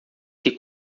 que